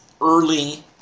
early